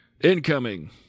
incoming